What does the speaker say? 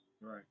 right